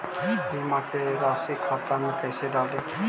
बीमा के रासी खाता में कैसे डाली?